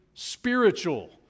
spiritual